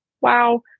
Wow